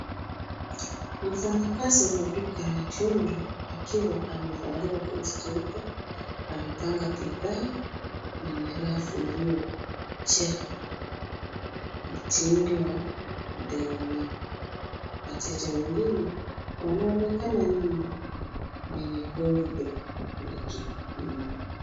Mfanyakazi wa duka la jumla akiwa amevalia koti jeupe amepanga bidhaa kwenye rafu iliyojaa mitindi wa Delamere. wateja wengine wanaonekana nyuma kwenye corridor wake na nyuma.